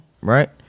right